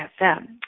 fm